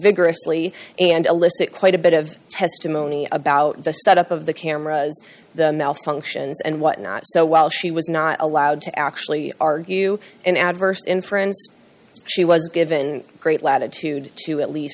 vigorously and elicit quite a bit of testimony about the set up of the camera the malfunctions and whatnot so while she was not allowed to actually argue an adverse inference she was given great latitude to at least